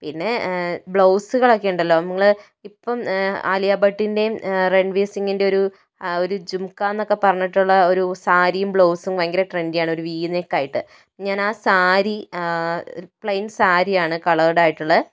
പിന്നേ ബ്ലൗസുകളൊക്കെ ഉണ്ടല്ലോ നിങ്ങള് ഇപ്പം ആലിയാ ഭട്ടിന്റെയും രണ്വീര് സിംഗിന്റെയും ഒരു ജുംക്കാന്ന് പറഞ്ഞിട്ടുള്ള ഒരു സാരിയും ബ്ലൗസും ഭയങ്കര ട്രെന്ഡിയാണ് ഒരു വീ നെക്ക് ആയിട്ട് ഞാനാ സാരി പ്ലയിന് സാരി ആണ് കളേര്ഡ് ആയിട്ടുള്ളത്